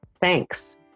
thanks